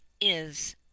is—